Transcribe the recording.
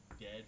dead